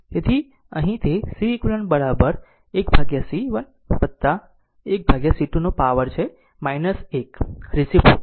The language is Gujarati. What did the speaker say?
તેથી તેથી અહીં તે Ce q 1 c 1 1 c 2 નો પાવર છે 1 રેસીપ્રોકલ છે